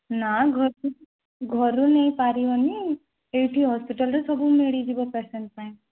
ନା ଘରେ ଘର ନେଇପାରିବନି ଏଇଠି ହସ୍ପିଟାଲ୍ରେ ସବୁ ମିଳିଯିବ ପେସେଣ୍ଟ୍ ପାଇଁ